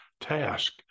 task